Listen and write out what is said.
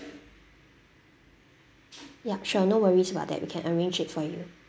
yup sure no worries about that we can arrange it for you